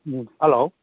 hello